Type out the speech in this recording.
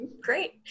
great